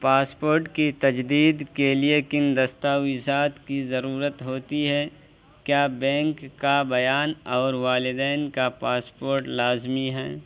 passport کی تجدید کے لیے کن دستاویزات کی ضرورت ہوتی ہے کیا بینک کا بیان اور والدین کا پاسپورٹ لازمی ہیں